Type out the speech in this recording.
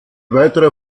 weiterer